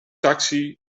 taxi